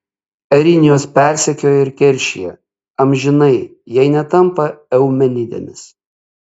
erinijos persekioja ir keršija amžinai jei netampa eumenidėmis